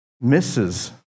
misses